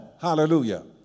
hallelujah